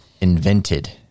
invented